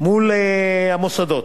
מול המוסדות.